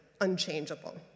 unchangeable